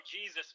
Jesus